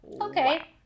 Okay